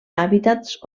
hàbitats